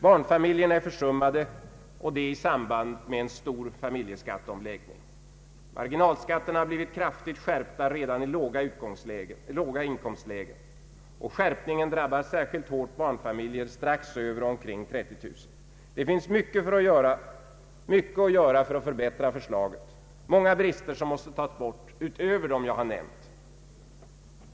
Barnfamiljerna är försummade och detta i samband med en stor familjeskatteomläggning. Marginalskatterna har blivit kraftigt skärpta redan i låga inkomstlägen, och skärpningen drabbar särskilt hårt barnfamiljer med inkomst strax över och omkring 30 000 kronor. Det finns mycket att göra för att förbättra förslaget, många brister som måste tas bort utöver dem jag nämnt.